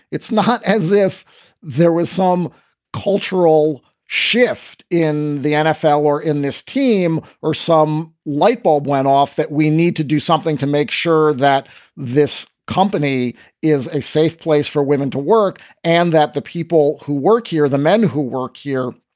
it's not as if there was some cultural shift in the nfl or in this team or some light bulb went off that we need to do something to make sure that this company is a safe place for women to work and that the people who work here, the men who work here,